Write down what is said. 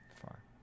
far